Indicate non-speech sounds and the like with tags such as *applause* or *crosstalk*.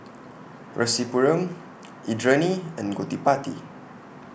Rasipuram *noise* Indranee and Gottipati